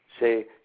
say